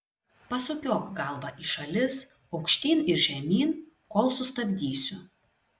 pasukiok galvą į šalis aukštyn ir žemyn kol sustabdysiu